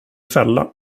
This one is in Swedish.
fälla